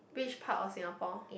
which part of Singapore